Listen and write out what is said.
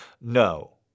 No